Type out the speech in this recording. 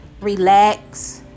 relax